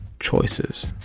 choices